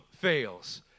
fails